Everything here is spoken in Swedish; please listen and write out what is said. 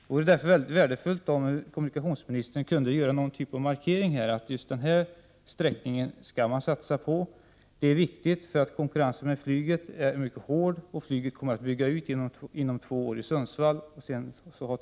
De vore således mycket värdefullt om kommunikationsministern kunde göra en markering här — t.ex. om att man skall satsa på just den här aktuella sträckningen. Det är viktigt, eftersom konkurrensen från flyget är mycket hård. Dessutom kommer flyget att bygga ut sin verksamhet i Sundsvall inom loppet av två år.